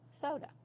soda